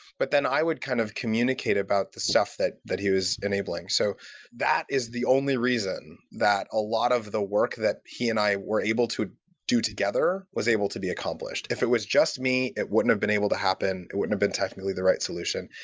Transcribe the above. but then i would kind of communicate about the stuff that that he was enabling. so that is the only reason that a lot of the work that he and i were able to do together was able to be accomplished. if it was just me, it wouldn't have been able to happen. it wouldn't have been technically the right solution.